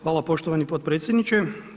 Hvala poštovani potpredsjedniče.